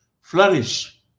flourish